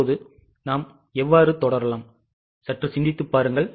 இப்போது நாம் எவ்வாறு தொடரலாம் சற்று சிந்தித்துப் பாருங்கள்